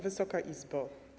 Wysoka Izbo!